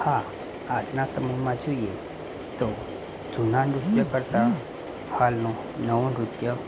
હા આજનાં સમયમાં જોઈએ તો જૂના નૃત્યો કરતાં હાલનો નવો નૃત્ય